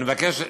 ואני מבקש,